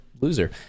loser